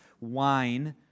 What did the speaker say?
wine